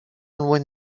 loin